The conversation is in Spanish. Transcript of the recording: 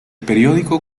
periódico